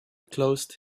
closed